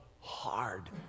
hard